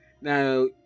Now